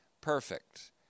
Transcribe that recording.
perfect